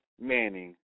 Manning